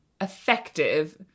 effective